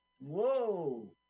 Whoa